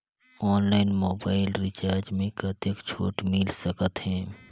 Online mobile recharge मे कतेक छूट मिल सकत हे?